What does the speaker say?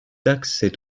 taxait